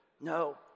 No